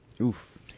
Oof